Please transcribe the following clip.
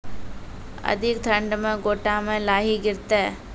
अधिक ठंड मे गोटा मे लाही गिरते?